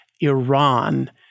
Iran